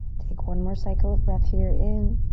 take one more cycle of breath here, in.